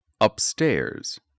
Upstairs